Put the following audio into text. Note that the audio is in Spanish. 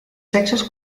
sexos